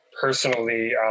personally